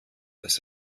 dass